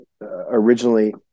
originally